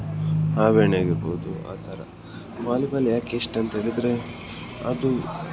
ಹಾವೇಣಿಯಾಗಿರ್ಬೋದು ಆ ಥರ ವಾಲಿಬಾಲ್ ಯಾಕೆ ಇಷ್ಟ ಅಂತ ಹೇಳಿದ್ರೆ ಅದು